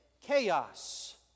chaos